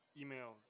email